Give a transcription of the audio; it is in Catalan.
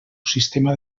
sistema